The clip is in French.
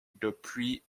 depuis